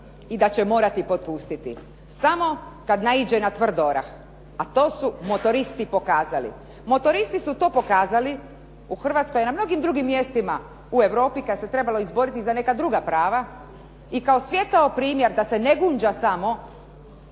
i da će morati popustiti, samo kad naiđe na tvrd orah a to su motoristi pokazali. Motoristi su to pokazali u Hrvatskoj i na mnogim drugim mjestima u Europi kad se trebalo izboriti za neka druga prava i kao svijetao primjer da se ne gunđa samo